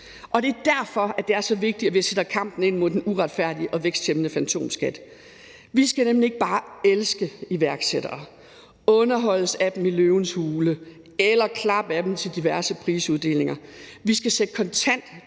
Og det er derfor, det er så vigtigt, at vi sætter kampen ind mod den uretfærdige og væksthæmmende fantomskat. Vi skal nemlig ikke bare elske iværksættere, underholdes af dem i »Løvens Hule« eller klappe af dem til diverse prisuddelinger; vi skal sætte kontant